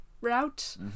route